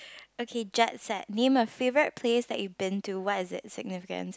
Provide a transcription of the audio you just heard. okay name a favourite place that you've been to why is it significance